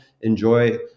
enjoy